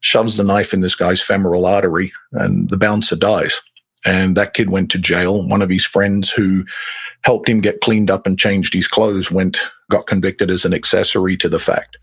shoves the knife in this guy's femoral artery and the bouncer dies and that kid went to jail. one of his friends who helped him get cleaned up and changed his clothes got convicted as an accessory to the fact.